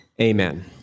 Amen